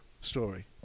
story